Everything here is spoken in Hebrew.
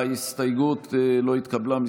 הסתייגות 55 לא התקבלה.